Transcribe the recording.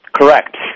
Correct